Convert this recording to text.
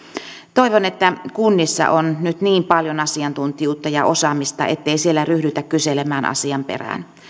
toivon että kunnissa on nyt niin paljon asiantuntijuutta ja osaamista ettei siellä ryhdytä kyselemään asian perään